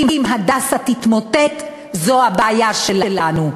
כי אם "הדסה" יתמוטט זו הבעיה שלנו.